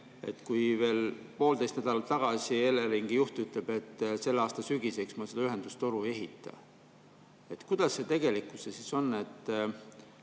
kohta veel poolteist nädalat tagasi Eleringi juht ütles, et selle aasta sügiseks me seda ühendustoru ei ehita. Kuidas see tegelikkuses on,